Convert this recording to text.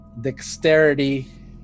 dexterity